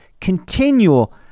continual